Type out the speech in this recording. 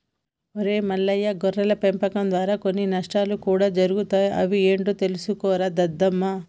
ఒరై మల్లయ్య గొర్రెల పెంపకం దారా కొన్ని నష్టాలు కూడా జరుగుతాయి అవి ఏంటో తెలుసుకోరా దద్దమ్మ